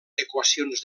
equacions